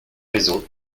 raisons